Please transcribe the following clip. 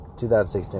2016